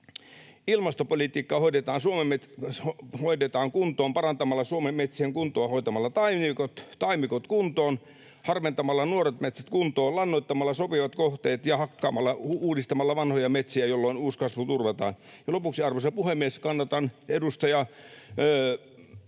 ilmastopolitiikkaa hoidetaan kuntoon parantamalla Suomen metsien kuntoa hoitamalla taimikot kuntoon, harventamalla nuoret metsät kuntoon, lannoittamalla sopivat kohteet ja hakkaamalla, uudistamalla vanhoja metsiä, jolloin uuskasvu turvataan. Ja lopuksi, arvoisa puhemies, kannatan edustaja...